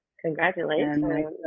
Congratulations